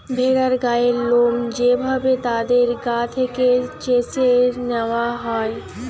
ভেড়ার গায়ের লোম যে ভাবে তাদের গা থেকে চেছে নেওয়া হয়